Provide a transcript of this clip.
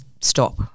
stop